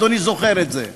אדוני זוכר את זה.